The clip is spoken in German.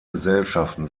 gesellschaften